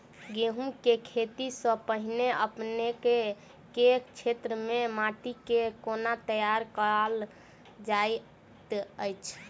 गेंहूँ केँ खेती सँ पहिने अपनेक केँ क्षेत्र मे माटि केँ कोना तैयार काल जाइत अछि?